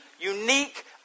unique